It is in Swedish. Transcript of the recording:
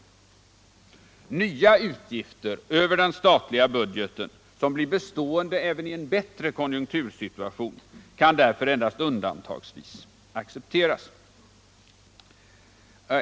Nya utgifter över den statliga budgeten, som blir bestående även i en bättre konjunktursituation, kan därför endast undantagsvis accepteras.